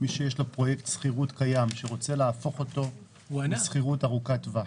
מי שיש לו פרויקט שכירות קיים שרוצה להפוך אותו לשכירות ארוכת טווח?